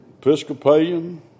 Episcopalian